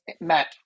Matt